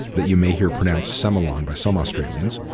that you may hear pronounced semillon by some australians,